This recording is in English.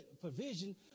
provision